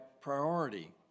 priority